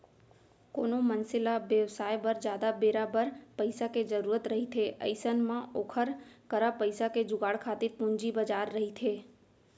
कोनो मनसे ल बेवसाय बर जादा बेरा बर पइसा के जरुरत रहिथे अइसन म ओखर करा पइसा के जुगाड़ खातिर पूंजी बजार रहिथे